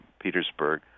Petersburg